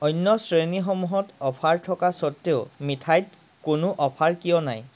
অন্য শ্ৰেণীসমূহত অফাৰ থকা সত্ত্বেও মিঠাইত কোনো অফাৰ কিয় নাই